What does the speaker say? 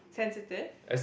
sensitive